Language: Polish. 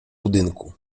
budynku